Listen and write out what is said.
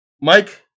Mike